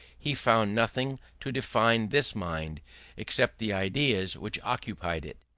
he found nothing to define this mind except the ideas which occupied it.